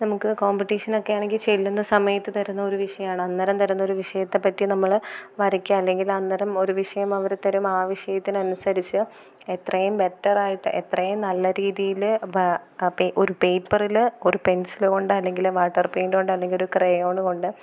നമുക്ക് കോമ്പറ്റിഷൻ ഒക്കെയാണെങ്കിൽ ചെല്ലുന്ന സമയത്ത് തരുന്ന ഒരു വിഷയമാണ് അന്നേരം തരുന്ന ഒരു വിഷയത്തെപ്പറ്റി നമ്മൾ വരയ്ക്കുക അല്ലെങ്കിൽ അന്നേരം ഒരു വിഷയം അവർ തരും ആ വിഷയത്തിനനുസരിച്ച് എത്രയും ബെറ്റർ ആയിട്ട് എത്രയും നല്ലരീതിയിൽ ഒരു പേപ്പറിൽ ഒരു പെൻസില് കൊണ്ട് അല്ലെങ്കിൽ വാട്ടർ പെയിൻറ്റോണ്ട് അല്ലെങ്കിൽ ഒരു ക്രയോണ് കൊണ്ട്